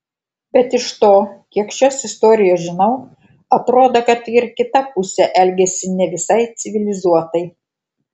bet iš to kiek šios istorijos žinau atrodo kad ir kita pusė elgėsi ne visai civilizuotai